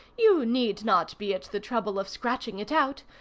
you need not be at the trouble of scratching it out,